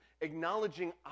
acknowledging